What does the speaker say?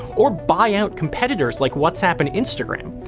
or buy out competitors like whatsapp and instagram.